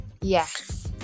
yes